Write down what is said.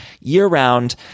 year-round